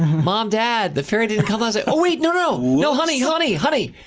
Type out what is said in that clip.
mom! dad! the fairy didn't come! i'd say, oh wait! no, no! no, honey, honey, honey!